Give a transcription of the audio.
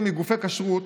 מגופי כשרות